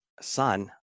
Son